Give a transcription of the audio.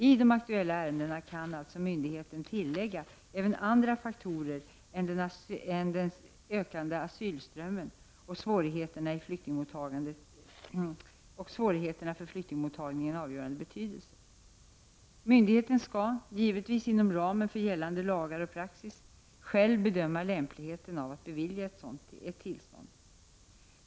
I de aktuella ärendena kan alltså myndigheten tillägga även andra faktorer än den ökande asylströmmen och svårigheterna för flyktingmottagningen avgörande betydelse. Myndigheten skall — givetvis inom ramen för gällande lag och praxis — själv bedöma lämpligheten av att bevilja ett tillstånd.